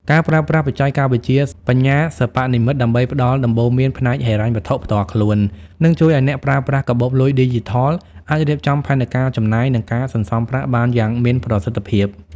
ការប្រើប្រាស់បច្ចេកវិទ្យាបញ្ញាសិប្បនិម្មិតដើម្បីផ្ដល់ដំបូន្មានផ្នែកហិរញ្ញវត្ថុផ្ទាល់ខ្លួន នឹងជួយឱ្យអ្នកប្រើប្រាស់កាបូបលុយឌីជីថលអាចរៀបចំផែនការចំណាយ និងការសន្សំប្រាក់បានយ៉ាងមានប្រសិទ្ធភាព។